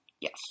Yes